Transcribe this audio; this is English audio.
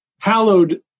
hallowed